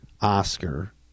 Oscar